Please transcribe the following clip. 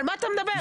על מה אתה מדבר?